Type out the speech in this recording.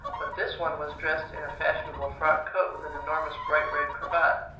but this one was dressed in a fashionable frock coat with an enormous bright red cravat.